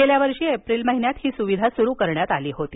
गेल्या वर्षी एप्रिल महिन्यात ही सुविधा सुरू करण्यात आली होती